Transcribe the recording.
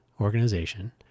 organization